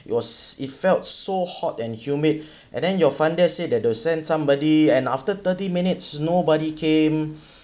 was it felt so hot and humid and then your front desk said that they'll send somebody and after thirty minutes nobody came